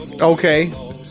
Okay